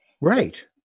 Right